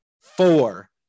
Four